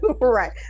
right